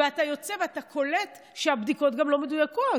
ואתה יוצא ואתה קולט שהבדיקות גם לא מדויקות,